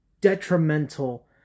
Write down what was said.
detrimental